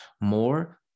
more